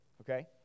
okay